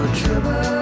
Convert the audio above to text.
trouble